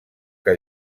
que